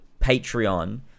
Patreon